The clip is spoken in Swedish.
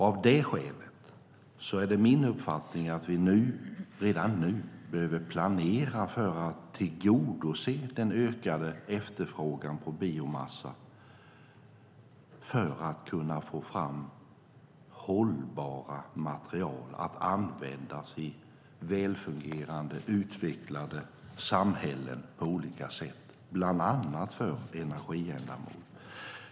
Av det skälet är det min uppfattning att vi redan nu behöver planera för att tillgodose den ökade efterfrågan på biomassa för att få fram hållbara material för användning i välfungerande, utvecklade samhällen på olika sätt, bland annat för energiändamål.